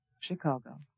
Chicago